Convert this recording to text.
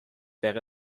wäre